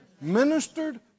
Ministered